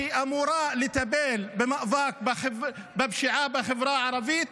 שאמורה לטפל במאבק בפשיעה בחברה הערבית,